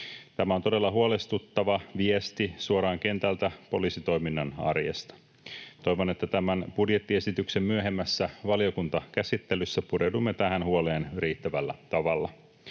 Tämä on todella huolestuttava viesti suoraan kentältä poliisitoiminnan arjesta. Toivon, että tämän budjettiesityksen myöhemmässä valiokuntakäsittelyssä pureudumme tähän huoleen riittävällä tavalla.